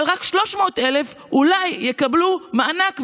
אבל רק 300,000 אולי יקבלו מענק,